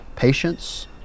Patience